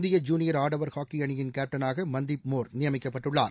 இந்திய ஜூனியர் ஆடவர் ஹாக்கி அணியின் கேப்டனாக மந்தீப் மோர் நியமிக்கப்பட்டுள்ளார்